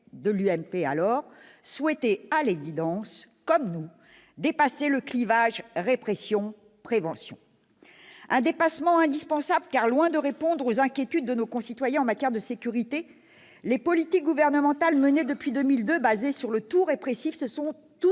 UMP d'alors, souhaitait à l'évidence, comme nous, dépasser le clivage répression-prévention. Un dépassement indispensable car, loin de répondre aux inquiétudes de nos concitoyens en matière de sécurité, les politiques gouvernementales menées depuis 2002, et fondées sur le tout-répressif, se sont toutes